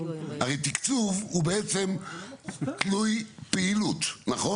הרי תקצוב הוא בעצם תלוי פעילות, נכון?